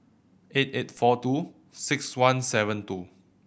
eight eight four two six one seven two